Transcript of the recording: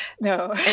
no